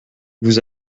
vous